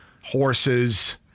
horses